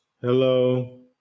Hello